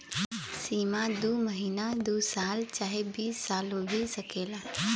सीमा दू महीना दू साल चाहे बीस सालो भी सकेला